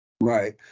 Right